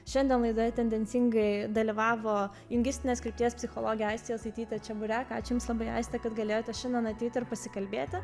šiandien laidoje tendencingai dalyvavo jungistinės krypties psichologė aiste jasaitytė čeburek ačiū jums labai aiste kad galėjote šiandien ateiti ir pasikalbėti